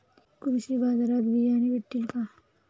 कृषी बाजारात बियाणे भेटतील का?